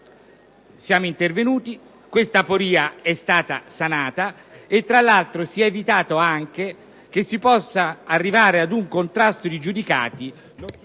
Siamo intervenuti, questa aporia è stata sanata e si è tra l'altro evitato che si potesse arrivare a un contrasto di giudicati,